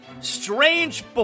Strange